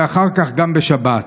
ואחר כך גם בשבת,